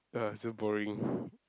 uh so boring